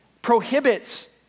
Prohibits